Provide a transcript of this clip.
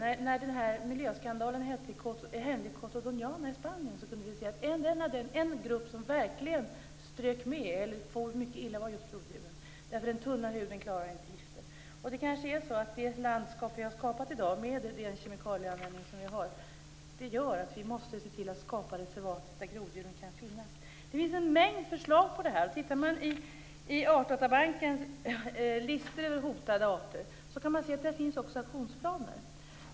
I samband med miljöskandalen i Coto de Donana i Spanien kunde vi se att en grupp djur som verkligen for illa var groddjuren. Den tunna huden klarar inte gifter. Det landskap som har skapats i dag med den kemikalieanvändning som finns gör att det måste skapas reserverat där groddjuren kan finnas. Det finns en mängd förslag. Tittar man i Artdatabankens listor över hotade arter kan man se att där finns aktionsplaner.